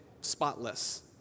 spotless